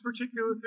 particular